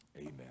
Amen